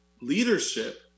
leadership